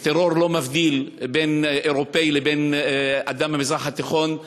וטרור לא מבדיל בין אירופי לבין אדם מהמזרח התיכון,